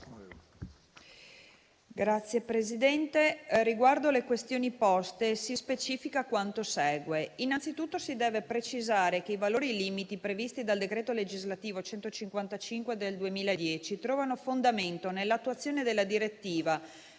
Signor Presidente, riguardo le questioni poste, si specifica quanto segue. Innanzi tutto, si deve precisare che i valori limite previsti dal decreto legislativo n. 155 del 2010 trovano fondamento nell'attuazione della direttiva